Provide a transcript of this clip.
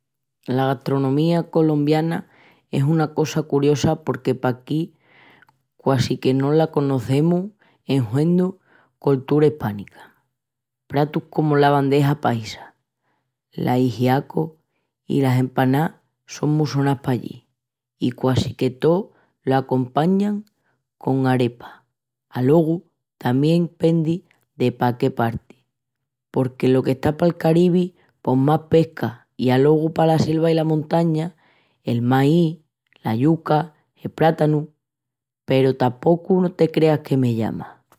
Las gastronomía colombiana es una cpsa curiosa porque paquí quasi que no la conocemus en huendu coltura ispánica. Pratus comu la bandeja paisa, l'ajiaco i las empanás son mu sonás pallí. I quasi que tó lo compañan con arepa. Alogu tamién pendi de pa qué parti. Porque lo qu'está pal Caribi pos más pesca i alogu pala selva i la montaña el máis, la yuca, el prátanu... peru tapocu no te creas que me llama.